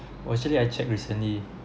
actually I check recently